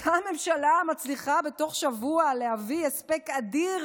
אותה ממשלה מצליחה בתוך שבוע להביא הספק אדיר